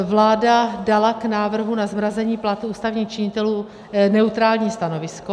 Vláda dala k návrhu na zmrazení platů ústavních činitelů neutrální stanovisko.